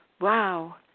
Wow